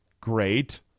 Great